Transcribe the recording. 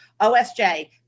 OSJ